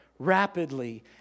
rapidly